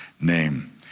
name